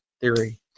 theory